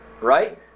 right